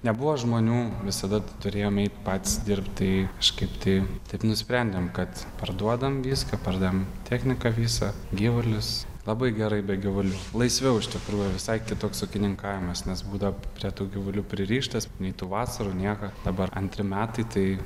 nebuvo žmonių visada turėjom eit patys dirbt tai kažkaip tai taip nusprendėm kad parduodam viską pardavėm techniką visą gyvulius labai gerai be gyvulių laisviau iš tikrųjų visai kitoks ūkininkavimas nes būdavo prie tų gyvulių pririštas nei tų vasarų nieko dabar antri metai tai